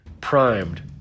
primed